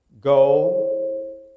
Go